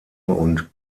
und